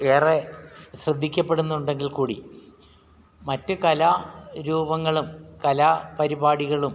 ഏറെ ശ്രദ്ധിക്കപ്പെടുന്നുണ്ടെങ്കിൽ കൂടി മറ്റു കലാരൂപങ്ങളും കലാപരിപാടികളും